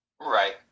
Right